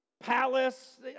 palace